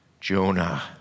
Jonah